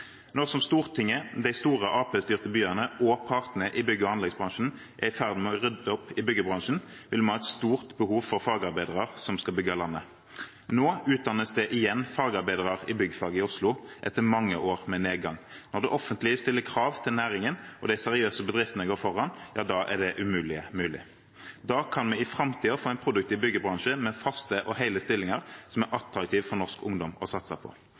Nå som Stortinget, de store Arbeiderparti-styrte byene og partene i bygg- og anleggsbransjen er i ferd med å rydde opp i byggebransjen, vil vi ha et stort behov for fagarbeidere som skal bygge landet. Nå utdannes det igjen fagarbeidere i byggfag i Oslo etter mange år med nedgang. Når det offentlige stiller krav til næringen og de seriøse bedriftene går foran, da er det umulige mulig. Da kan vi i framtiden få en produktiv byggebransje med faste og hele stillinger, som er attraktive for norsk ungdom å satse på.